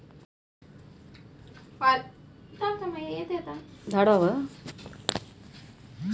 pilot thermal power ಸ್ಟೇಷನ್ಗಾಗಿ ಜೈವಿಕಇಂಧನನ ಉತ್ಪಾದಿಸ್ಲು ಜೈವಿಕ ಅನಿಲೀಕರಣಕ್ಕೆ ಬಳುಸ್ತಾರೆ